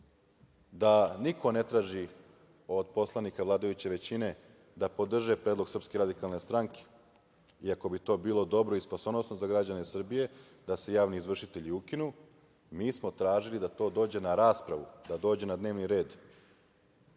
da niko ne traži od poslanika vladajuće većine da podrže predlog SRS, iako bi do bilo dobro i spasonosno za građane Srbije da se javni izvršitelji ukinu, mi smo tražili da to dođe na raspravu, da dođe na dnevni red,